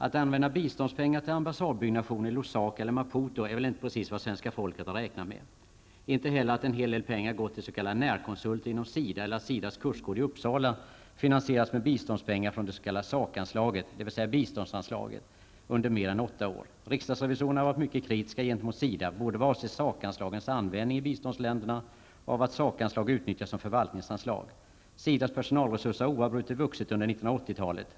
Att använda biståndspengar till ambassadbyggande i Lusaka eller Maputo är väl inte precis vad svenska folket har räknat med, inte heller att en hel del pengar gått till s.k. närkonsulter inom SIDA eller att SIDAs kursgård i Uppsala finansierats med biståndspengar från det s.k. sakanslaget, dvs. biståndsanslaget under mer än åtta år. Riksdagsrevisorerna har varit mycket kritiska gentemot SIDA, både vad avser sakanslagens användning i biståndsländerna och att sakanslag utnyttjats som förvaltningsanslag. SIDAs personaresurser har oavbrutet vuxit under 1980-talet.